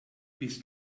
bist